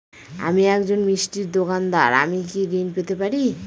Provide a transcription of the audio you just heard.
আমি একজন মিষ্টির দোকাদার আমি কি ঋণ পেতে পারি?